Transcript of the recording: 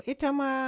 Itama